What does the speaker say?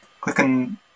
Clicking